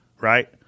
right